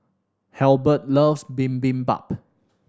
Halbert loves Bibimbap